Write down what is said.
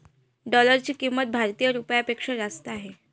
डॉलरची किंमत भारतीय रुपयापेक्षा जास्त आहे